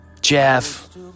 Jeff